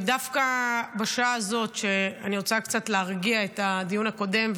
ודווקא בשעה הזאת אני רוצה קצת להרגיע את הדיון הקודם,